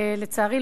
לצערי,